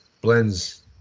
blends